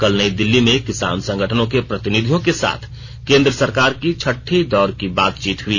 कल नई दिल्ली में किसान संगठनों के प्रतिनिधियों के साथ केन्द्र सरकार की छठे दौर की बातचीत हुई